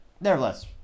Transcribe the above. nevertheless